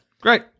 Great